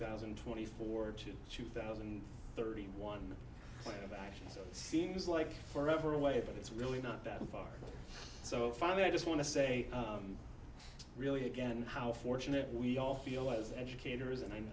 thousand and twenty four to two thousand and thirty one plan of action so it seems like forever away but it's really not that far so finally i just want to say really again how fortunate we all feel as educators and i